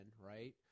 Right